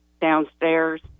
Downstairs